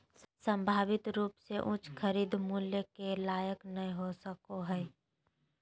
संभावित रूप से उच्च खरीद मूल्य के लायक नय हो सको हइ